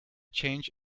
change